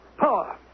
power